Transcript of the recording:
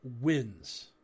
wins